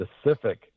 specific